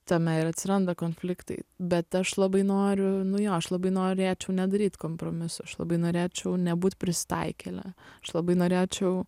tame ir atsiranda konfliktai bet aš labai noriu nu jo aš labai norėčiau nedaryt kompromisų aš labai norėčiau nebūt prisitaikėle aš labai norėčiau